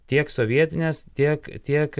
tiek sovietinės tiek tiek